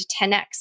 10X